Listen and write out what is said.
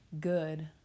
good